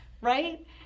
Right